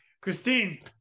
christine